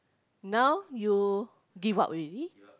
now you give up already